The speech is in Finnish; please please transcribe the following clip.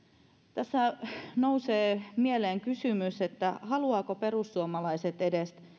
tässä nousee mieleen kysymys haluavatko perussuomalaiset edes